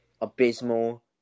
abysmal